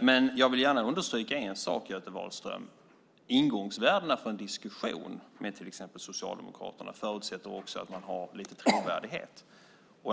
Men jag vill gärna understryka en sak, Göte Wahlström, ingångsvärdena för en diskussion med till exempel Socialdemokraterna förutsätter också att man har lite trovärdighet.